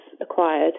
acquired